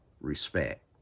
respect